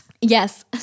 Yes